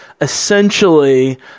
essentially